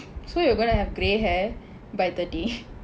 so you're gonna have grey hair by thirty